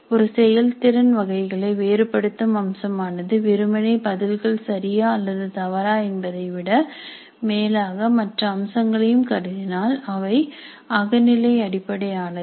ஒரு செயல்திறன் வகையை வேறுபடுத்தும் அம்சமானது வெறுமனே பதில்கள் சரியா அல்லது தவறா என்பதைவிட மேலாக மற்ற அம்சங்களையும் கருதினால் அவை அகநிலை அடிப்படையானது